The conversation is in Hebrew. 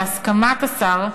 בהסכמת השר,